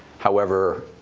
however,